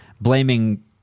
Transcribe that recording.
blaming